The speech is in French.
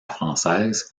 française